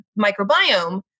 microbiome